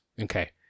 Okay